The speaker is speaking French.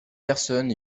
personne